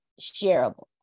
shareable